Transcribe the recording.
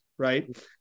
Right